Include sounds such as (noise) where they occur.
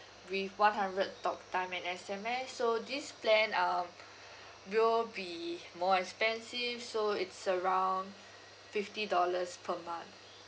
(breath) with one hundred talk time and S_M_S so this plan um (breath) will be more expensive so it's around fifty dollars per month